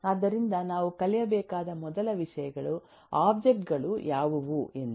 ಆದ್ದರಿಂದ ನಾವು ಕಲಿಯಬೇಕಾದ ಮೊದಲ ವಿಷಯಗಳು ಒಬ್ಜೆಕ್ಟ್ ಗಳು ಯಾವುವು ಎಂದು